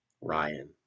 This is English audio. Ryan